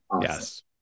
Yes